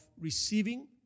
receiving